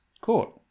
court